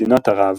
מדינות ערב,